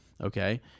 okay